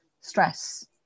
stress